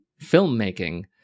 filmmaking